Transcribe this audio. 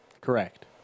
correct